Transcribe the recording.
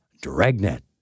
Dragnet